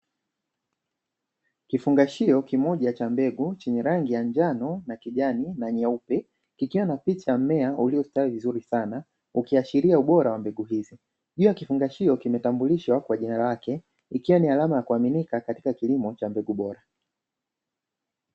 Kifungashio kimoja cha mbegu chenye rangi ya njano na kijani na nyeupe kikiwa na picha mmea uliostawi vizuri sana, ukiashiria ubora wa mbegu hizi. Juu ya kifungashio kimetambulishwa kwa jina lake ikiwa ni alama ya kuaminika katika kilimo cha mbegu bora.